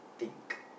think